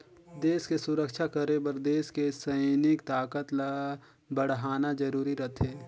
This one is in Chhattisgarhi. देस के सुरक्छा करे बर देस के सइनिक ताकत ल बड़हाना जरूरी रथें